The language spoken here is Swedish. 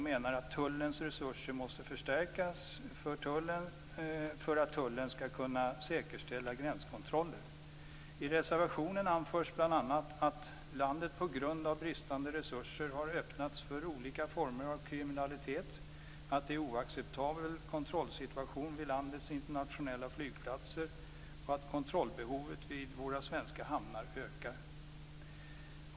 Man menar att Tullens resurser måste förstärkas för att Tullen skall kunna säkerställa gränskontroller. I reservationen anförs bl.a. att landet på grund av bristande resurser har öppnats för olika former av kriminalitet, att det är en oacceptabel kontrollsituation vid landets internationella flygplatser och att kontrollbehovet vid våra svenska hamnar ökar.